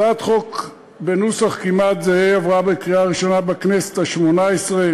הצעת חוק בנוסח כמעט זהה עברה בקריאה ראשונה בכנסת השמונה-עשרה.